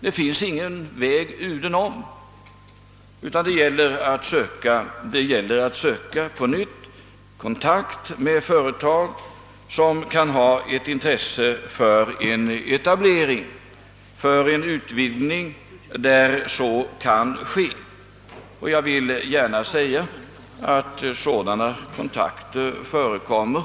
Det finns ingen väg udenom, utan det gäller att på nytt söka kontakt med företag som kan ha intresse för en etablering eller för en utvidgning där så kan ske. Jag vill gärna framhålla att sådana kontakter förekommer.